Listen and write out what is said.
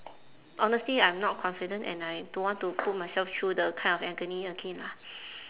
honestly I'm not confident and I don't want to put myself through the kind of agony again lah